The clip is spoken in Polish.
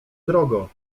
drogo